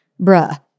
bruh